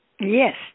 Yes